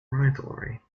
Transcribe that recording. rivalry